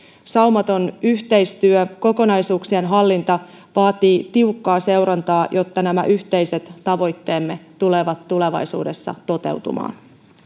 saumaton yhteistyö ja kokonaisuuksien hallinta vaativat tiukkaa seurantaa jotta nämä yhteiset tavoitteemme tulevat tulevaisuudessa toteutumaan